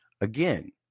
again